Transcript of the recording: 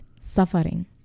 suffering